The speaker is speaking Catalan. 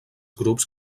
grups